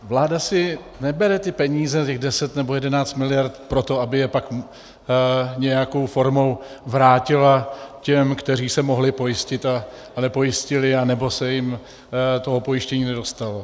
Vláda si nebere ty peníze, těch 10 nebo 11 miliard proto, aby je pak nějakou formou vrátila těm, kteří se mohli pojistit a nepojistili anebo se jim toho pojištění nedostalo.